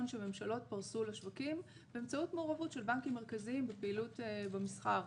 שממשלות פרסו לשווקים באמצעות מעורבות של בנקים מרכזיים בפעילות במסחר.